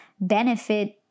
benefit